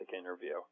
interview